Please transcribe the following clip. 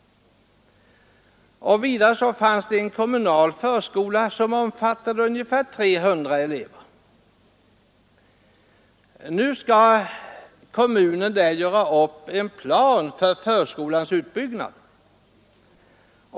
Vidare finns en kommunal förskola som omfattar ungefär 300 elever. Nu skall kommunen göra upp en plan för förskolans utbyggnad.